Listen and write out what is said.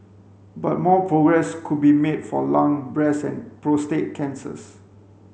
but more progress could be made for lung breast and prostate cancers